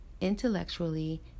intellectually